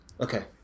Okay